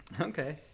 Okay